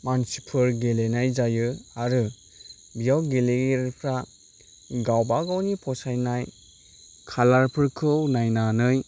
मानसिफोर गेलेनाय जायो आरो बियाव गेलेगिरिफ्रा गावबागावनि फसायनाय खालारफोरखौ नायनानै